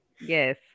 Yes